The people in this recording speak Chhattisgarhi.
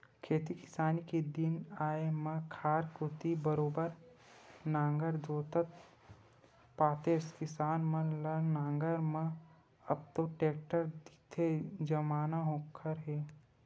खेती किसानी के दिन आय म खार कोती बरोबर नांगर जोतत पातेस किसान मन ल नांगर म अब तो टेक्टर दिखथे जमाना ओखरे हे